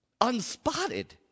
Unspotted